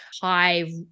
high